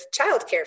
childcare